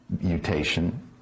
mutation